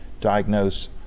diagnose